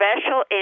special